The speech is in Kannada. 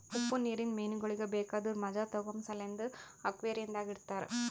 ಉಪ್ಪು ನೀರಿಂದ ಮೀನಗೊಳಿಗ್ ಬೇಕಾದುರ್ ಮಜಾ ತೋಗೋಮ ಸಲೆಂದ್ ಅಕ್ವೇರಿಯಂದಾಗ್ ಇಡತಾರ್